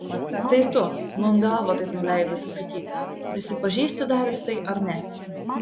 tai tu nūn galvą taip nuleidusi sakyk prisipažįsti darius tai ar ne